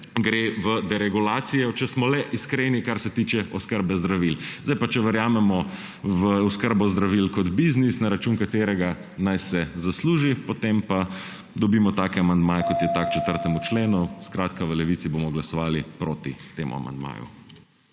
gre v deregulacijo, če smo le iskreni, kar se tiče oskrbe zdravil. Če pa verjamemo v oskrbi zdravil kot biznis, na račun katerega naj se zasluži, potem pa dobimo take amandmaje, kot je ta k 4. členu. V Levici bomo glasovali proti temu amandmaju.